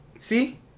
See